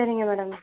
சரிங்க மேடம்